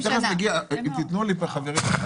אני תיכף מגיע, אם תיתנו לי, חברים.